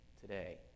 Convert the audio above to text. today